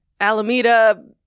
Alameda